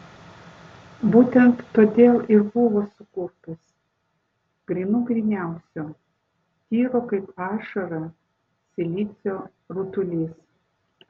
būtent todėl ir buvo sukurtas grynų gryniausio tyro kaip ašara silicio rutulys